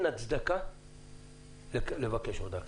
ואין הצדקה לבקש עוד ארכה.